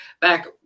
back